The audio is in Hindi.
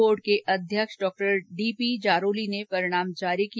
बोर्ड के अध्यक्ष डॉ डीपी जारोली ने परिणाम जारी किया